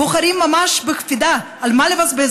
בוחרים ממש בקפידה על מה לבזבז,